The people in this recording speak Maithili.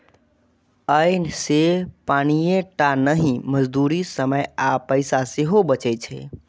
अय से पानिये टा नहि, मजदूरी, समय आ पैसा सेहो बचै छै